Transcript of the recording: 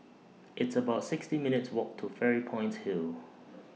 It's about sixty minutes' Walk to Fairy Point Hill